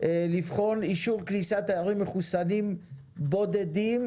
לבחון אישור כניסת תיירים מחוסנים בודדים,